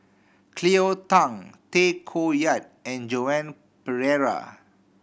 Cleo Thang Tay Koh Yat and Joan Pereira